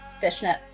Fishnet